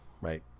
right